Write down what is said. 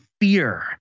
fear